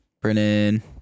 Brennan